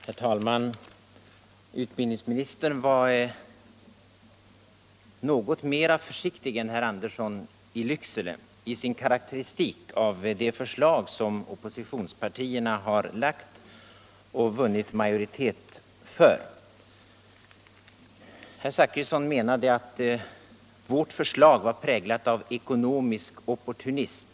Herr talman! Utbildningsministern var något mer försiktig än herr Andersson i Lycksele i sin karakteristik av det förslag som Oppositionspartierna lagt fram och vunnit majoritet för. Men herr Zachrisson menade att vårt förslag var präglat av ekonomisk opportunism.